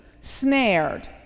snared